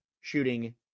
shooting